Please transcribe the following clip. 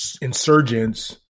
insurgents